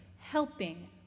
helping